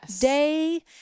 day